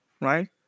right